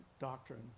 doctrine